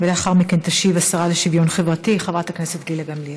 לאחר מכן תשיב השרה לשוויון חברתי חברת הכנסת גילה גמליאל.